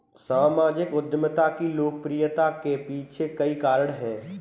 सामाजिक उद्यमिता की लोकप्रियता के पीछे कई कारण है